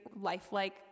lifelike